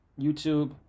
YouTube